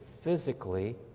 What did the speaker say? physically